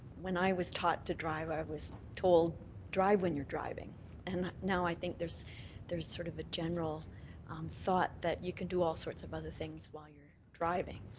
when i was taught to drive, i was told drive when you're driving and now i think there's there's sort of a general thought that you can do all sorts of other things while you're driving.